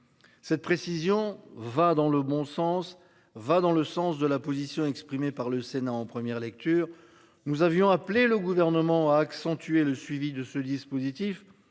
Cette précision va dans le bon sens va dans le sens de la position exprimée par le Sénat en première lecture nous avions appelé le gouvernement à accentuer le suivi de ce dispositif